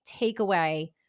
takeaway